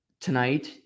tonight